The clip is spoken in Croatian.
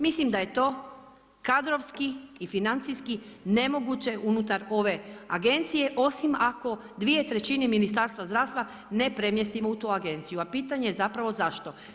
Mislim da je to kadrovski i financijski nemoguće unutar ove Agencije, osim ako dvije trećine Ministarstva zdravstva ne premjestimo u tu Agenciju a pitanje je zapravo zašto.